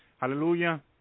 hallelujah